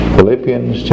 Philippians